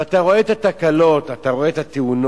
ואתה רואה את התקלות, אתה רואה את התאונות,